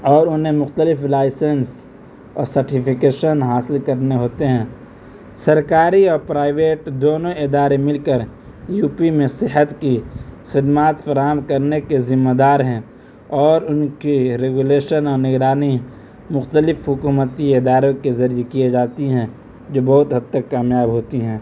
اور انہیں مختلف لائسنس اور سرٹیفکیشن حاصل کرنے ہوتے ہیں سرکاری اور پرائیویٹ دونوں ادارے مل کر یو پی میں صحت کی خدمات فراہم کرنے کے ذمہ دار ہیں اور ان کی ریگولیشن اور نگرانی مختلف حکومتی اداروں کے ذریعے کیے جاتی ہیں جو بہت حد تک کامیاب ہوتی ہیں